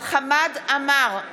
אריאל קלנר,